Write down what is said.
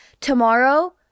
Tomorrow